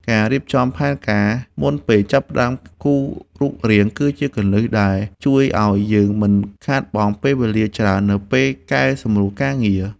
ការរៀបចំផែនការមុនពេលចាប់ផ្តើមគូររូបរាងគឺជាគន្លឹះដែលជួយឱ្យយើងមិនខាតបង់ពេលវេលាច្រើននៅពេលកែសម្រួលការងារ។